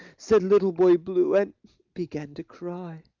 said little boy blue, and began to cry.